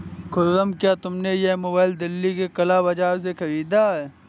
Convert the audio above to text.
खुर्रम, क्या तुमने यह मोबाइल दिल्ली के काला बाजार से खरीदा है?